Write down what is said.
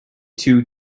two